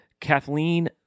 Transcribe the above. Kathleen